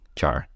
Char